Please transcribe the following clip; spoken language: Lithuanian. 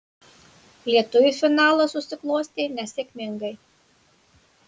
lietuviui finalas susiklostė nesėkmingai